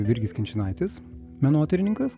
virgis kinčinaitis menotyrininkas